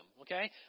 okay